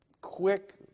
quick